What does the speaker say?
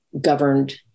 governed